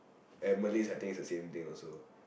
and Malays I think it's the same thing also